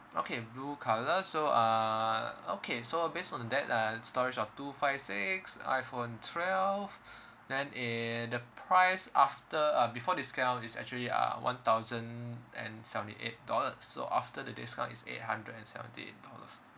okay blue colours so uh okay so based on that uh storage of two five six iphone twelve then and the price after uh before discount is actually uh one thousand and seventy eight dollars so after the discount is eight hundred and seventy eight dollars